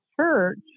church